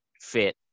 fit